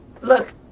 Look